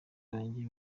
banjye